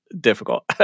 difficult